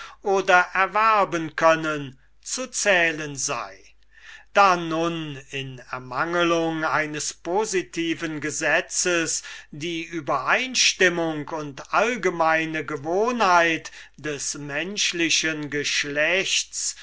oder erwerben können zu zählen sei da nun in ermangelung eines positiven gesetzes die übereinstimmung und allgemeine gewohnheit des menschlichen geschlechts